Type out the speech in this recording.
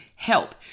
help